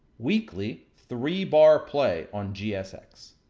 weekly three bar play on gsx.